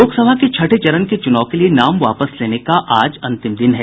लोकसभा के छठे चरण के चूनाव के लिए नाम वापस लेने का आज अंतिम दिन है